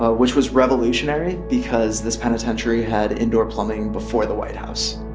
which was revolutionary because this penitentiary had indoor plumbing before the white house